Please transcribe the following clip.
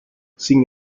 sin